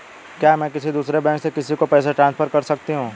क्या मैं किसी दूसरे बैंक से किसी को पैसे ट्रांसफर कर सकती हूँ?